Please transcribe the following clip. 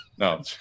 No